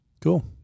Cool